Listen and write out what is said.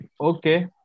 Okay